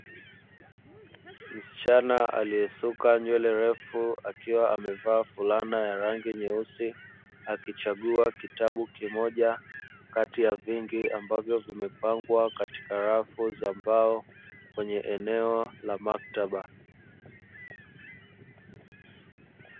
Msichana aliyesuka nywele ndefu, akiwa amevaa fulana ya rangi nyeusi, akichagua kitabu kimoja kati ya vingi ambavyo vimepangwa katika rafu za mbao kwenye eneo la maktaba.